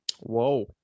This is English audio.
Whoa